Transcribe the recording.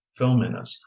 filminess